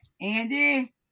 Andy